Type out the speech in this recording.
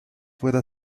fuera